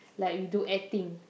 like we do acting